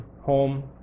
home